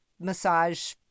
massage